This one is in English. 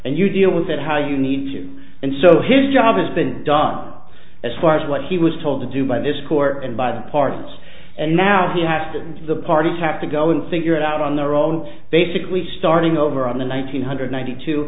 and you deal with it how you need to and so his job has been done as far as what he was told to do by this court and by the partners and now you have to the parties have to go and figure it out on their own basically starting over on the one thousand nine hundred ninety two